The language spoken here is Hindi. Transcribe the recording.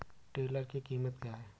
टिलर की कीमत क्या है?